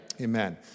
Amen